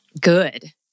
good